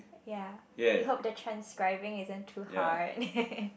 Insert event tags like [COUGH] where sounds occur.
ya we hope the transcribing isn't too hard [LAUGHS]